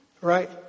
right